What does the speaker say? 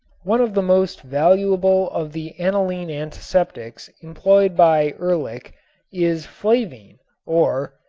one of the most valuable of the aniline antiseptics employed by ehrlich is flavine or,